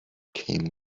became